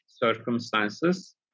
circumstances